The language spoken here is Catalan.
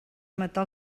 matar